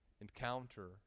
encounter